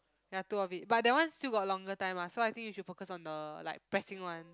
ya two of it but the one still got longer time lah so I think you should focus on the like pressing one